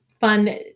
fun